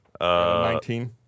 19